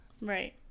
Right